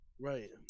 Right